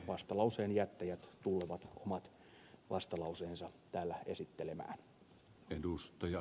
vastalauseen jättäjät tullevat omat vastalauseensa täällä esittelemään